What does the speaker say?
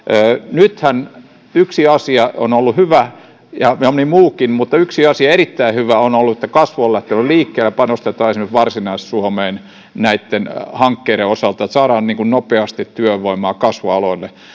nythän yksi asia on ollut hyvä ja moni muukin mutta yksi asia erittäin hyvä nimittäin se että kasvu on lähtenyt liikkeelle ja panostetaan esimerkiksi varsinais suomeen näitten hankkeiden osalta että saadaan nopeasti työvoimaa kasvualoille